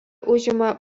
užima